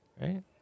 Right